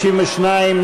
52,